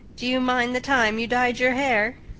do you mind the time you dyed your hair?